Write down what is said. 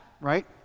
right